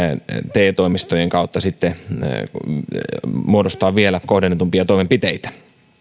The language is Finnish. te toimistojen kautta muodostaa vielä kohdennetumpia toimenpiteitä